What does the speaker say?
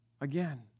Again